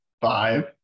five